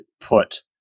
put